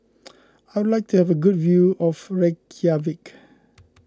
I would like to have a good view of Reykjavik